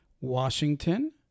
Washington